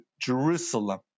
Jerusalem